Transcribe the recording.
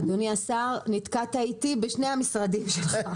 אדוני השר, נתקעת איתי בשני המשרדים שלך.